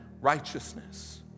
righteousness